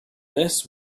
this